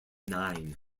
nine